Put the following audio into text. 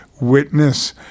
witness